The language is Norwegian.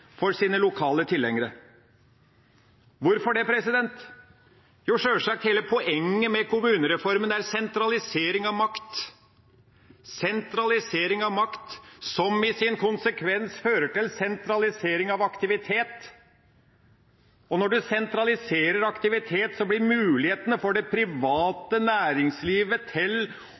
for sine lokale tilhengere. Hvorfor det? Jo, sjølsagt, hele poenget med kommunereformen er sentralisering av makt – sentralisering av makt som i sin konsekvens fører til sentralisering av aktivitet. Og når en sentraliserer aktivitet, blir mulighetene for det